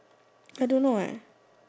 I don't know eh